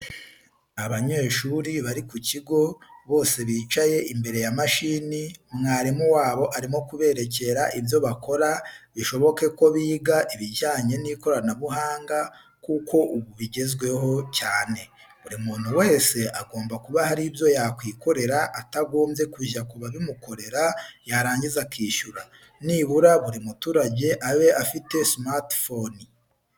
Abanyeshuri bari ku kigo, bose bicaye imbere ya mashini, mwarimu wabo arimo kuberekera ibyo bakora, bishoboke ko biga ibijyanye n'ikoranabuhanga kuko ubu bigezweho cyane. Buri muntu wese agomba kuba hari ibyo ya kwikorera atagombye kujya kubabimukorera yarangiza akishyura. Nibura buri muturage abe afite sumatifoni.